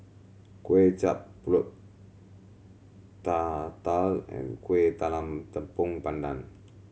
Kway Chap Pulut Tatal and Kueh Talam Tepong Pandan